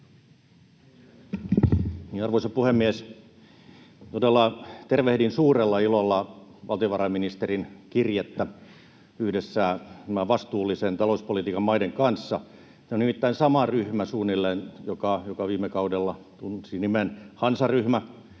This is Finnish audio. Arvoisa puhemies! Todella tervehdin suurella ilolla valtiovarainministerin kirjettä yhdessä vastuullisen talouspolitiikan maiden kanssa. Se on nimittäin suunnilleen sama ryhmä, joka viime kaudella tunsi nimen hansaryhmä,